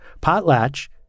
Potlatch